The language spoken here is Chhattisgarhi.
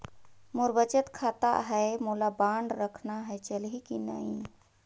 मोर बचत खाता है मोला बांड रखना है चलही की नहीं?